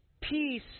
peace